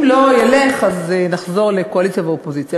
אם לא ילך אז נחזור לקואליציה ואופוזיציה.